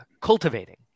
cultivating